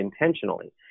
intentionally